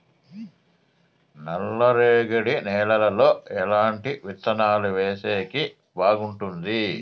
నల్లరేగడి నేలలో ఎట్లాంటి విత్తనాలు వేసేకి బాగుంటుంది?